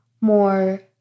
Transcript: more